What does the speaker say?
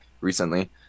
recently